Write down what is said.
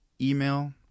email